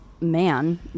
man